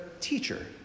teacher